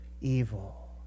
evil